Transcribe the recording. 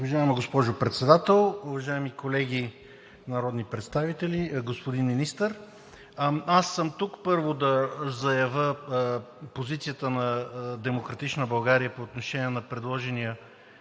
Уважаема госпожо Председател, уважаеми колеги народни представители! Господин Министър, аз съм тук, първо, да заявя позицията на „Демократична България“ по отношение на предложения